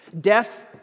Death